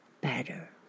better